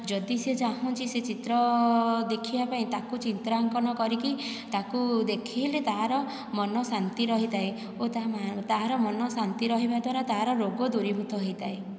ଯଦି ସିଏ ଚାହୁଁଛି ସେ ଚିତ୍ର ଦେଖିବା ପାଇଁ ତାକୁ ଚିତ୍ରାଙ୍କନ କରିକି ତାକୁ ଦେଖେଇଲେ ତାହାର ମନ ଶାନ୍ତି ରହିଥାଏ ଓ ତାହାର ମନ ଶାନ୍ତି ରହିବା ଦ୍ଵାରା ତାର ରୋଗ ଦୂରିଭୁତ ହୋଇଥାଏ